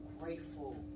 grateful